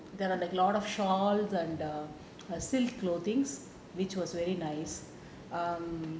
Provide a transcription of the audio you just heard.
there are like a lot of shawls and um silks clothing which was very nice um